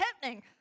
happening